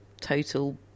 total